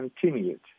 continued